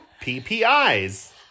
PPIs